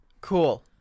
Cool